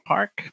Park